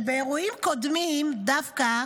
שבאירועים קודמים דווקא